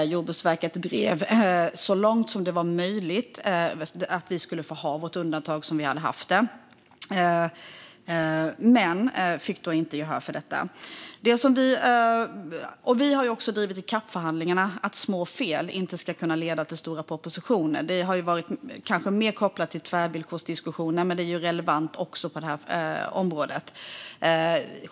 Jordbruksverket drev så långt som det var möjligt att vi skulle få ha vårt undantag, men man fick inte gehör för detta. Vi har i CAP-förhandlingarna drivit att små fel inte ska leda till stora sanktioner. Det har varit mer kopplat till tvärvillkorsdiskussioner, men det är relevant också på det här området.